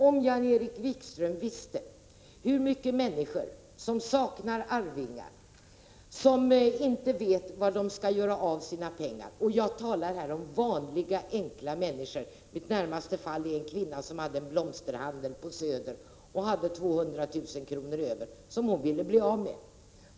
Om Jan-Erik Wikström visste hur många människor utan arvingar det finns som inte vet var de skall göra av sina pengar — jag talar här om vanliga enkla människor. Det fall jag närmast tänker på är en kvinna som ägde en blomsterhandel på Söder och hade 200 000 kr. över, som hon ville bli av med.